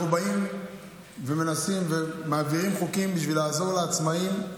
אנחנו מעבירים חוקים בשביל לעזור לעצמאים,